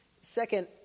Second